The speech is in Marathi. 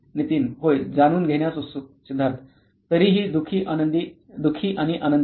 नितीन होय जाणून घेण्यास उत्सुक सिद्धार्थ तरीही दुःखी आणि आनंदी नाही